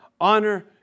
Honor